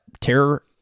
terror